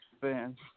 fans